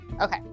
Okay